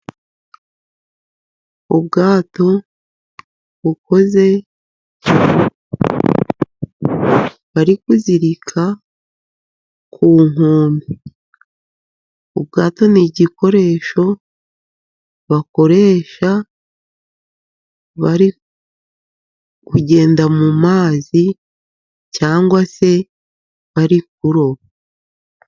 Ubwato bukoze bari kuzirika ku nkombe. Ubwato ni igikoresho bakoresha bari kugenda mu mazi, cyangwa se bari kuroba.